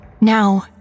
Now